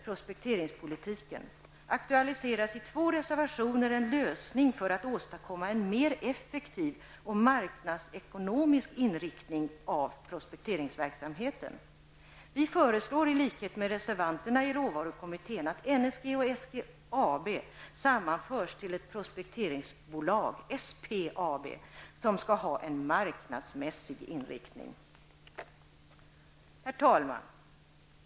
Prospekteringspolitiken aktualiseras i två reservationer en lösning för att åstadkomma en mer effektiv och marknadsekonomisk inriktning av prospekteringsverksamheten. Vi föreslår i likhet med reservanterna i råvarukommittén att NSG och SPAB, som skall ha en marknadsmässig inriktning. Herr talman!